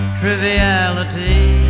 triviality